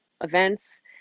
events